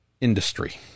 industry